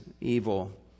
evil